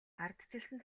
ардчилсан